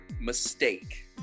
mistake